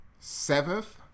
Seventh